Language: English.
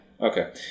Okay